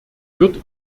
wird